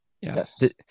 Yes